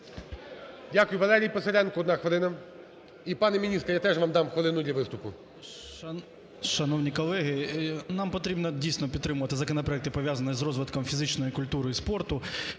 Дякую. Валерій Писаренко, одна хвилина. І пан міністр, я теж вам дам хвилину для виступу.